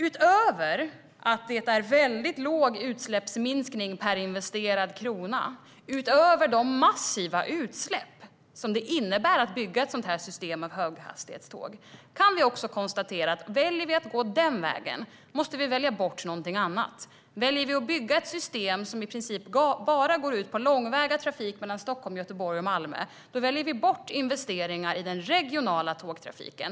Utöver att det är väldigt låg utsläppsminskning per investerad krona och utöver de massiva utsläpp som det innebär att bygga ett sådant här system av höghastighetståg kan vi också konstatera att vi i så fall måste välja bort något annat. Väljer vi att bygga ett system som i princip bara går ut på långväga trafik mellan Stockholm, Göteborg och Malmö väljer vi bort investeringar i den regionala tågtrafiken.